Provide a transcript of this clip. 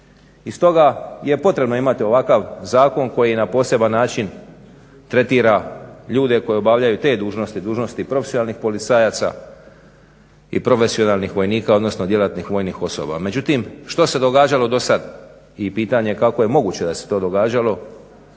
I stoga je potrebno imati ovakav zakon koji na poseban način tretira ljude koji obavljaju te dužnosti, dužnosti profesionalnih policajaca i profesionalnih vojnika, odnosno djelatnih vojnih osoba. Međutim, što se događalo dosad i pitanje je kako je moguće da se to događalo?